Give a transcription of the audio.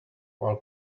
while